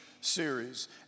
series